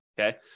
okay